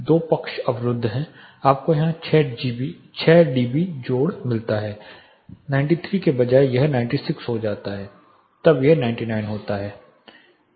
दो पक्ष अवरुद्ध हैं आपको यहाँ 6 dB जोड़ मिलता है 93 के बजाय यह 96 हो जाता है तब यह 99 होता है